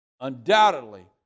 undoubtedly